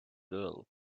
girl